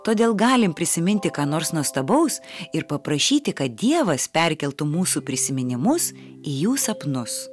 todėl galim prisiminti ką nors nuostabaus ir paprašyti kad dievas perkeltų mūsų prisiminimus į jų sapnus